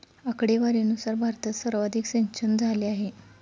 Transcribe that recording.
आकडेवारीनुसार भारतात सर्वाधिक सिंचनझाले आहे